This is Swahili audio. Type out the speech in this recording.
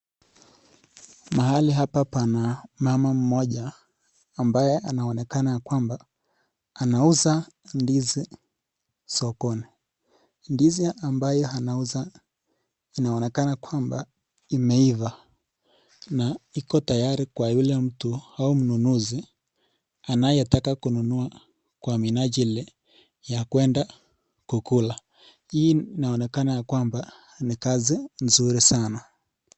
Mahali hapa Pana mama moja ambaye anaonekana kwamba anausa ndizi sokoni ndizi ambayo anauza inaonekana kwamba imeiva na hiko tayari kwa ule mtu ama kwa ununuzi anayetaka kuuza kwa minajili ya kuenda kuuza hii inaonekana kwamba ni kazi nzuri sana.